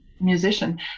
musician